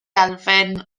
elfyn